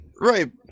Right